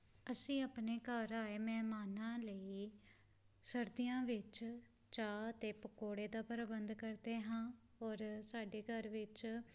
ਅਸੀਂ ਆਪਣੇ ਘਰ ਆਏ ਮਹਿਮਾਨਾਂ ਲਈ ਸਰਦੀਆਂ ਵਿੱਚ ਚਾਹ ਅਤੇ ਪਕੌੜੇ ਦਾ ਪ੍ਰਬੰਧ ਕਰਦੇ ਹਾਂ ਔਰ ਸਾਡੇ ਘਰ ਵਿੱਚ